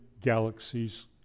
galaxies